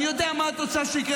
אני יודע מה את רוצה שיקרה,